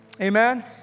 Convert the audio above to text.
Amen